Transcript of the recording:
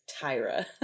Tyra